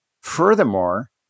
Furthermore